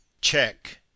check